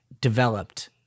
developed